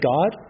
God